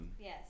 Yes